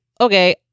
okay